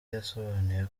yasobanuye